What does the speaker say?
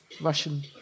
Russian